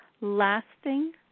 Lasting